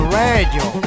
radio